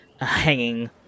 Hanging